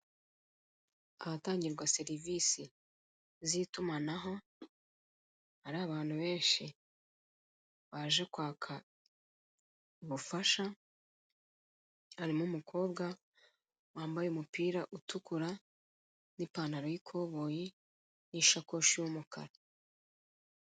Ahatangirwa serivise z'itumanaho hari abantu benshi baje kwaka ubufasha harimo umukobwa wambaye umupira utukura n'ipantaro y'ikoboyi n'ishakoshi y'umukara.